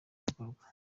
gikorwa